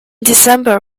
december